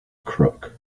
crook